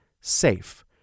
SAFE